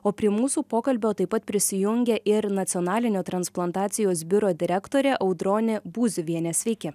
o prie mūsų pokalbio taip pat prisijungė ir nacionalinio transplantacijos biuro direktorė audronė būziuvienė sveiki